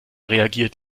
reagiert